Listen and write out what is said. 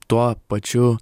tuo pačiu